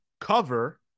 cover